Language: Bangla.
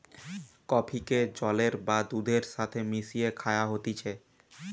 কফিকে জলের বা দুধের সাথে মিশিয়ে খায়া হতিছে